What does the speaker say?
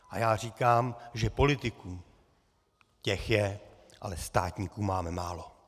A já říkám, že politiků, těch je, ale státníků máme málo.